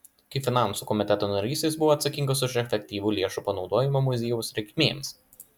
kaip finansų komiteto narys jis buvo atsakingas už efektyvų lėšų panaudojimą muziejaus reikmėms